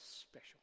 special